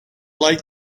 like